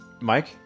Mike